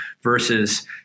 versus